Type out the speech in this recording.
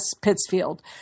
Pittsfield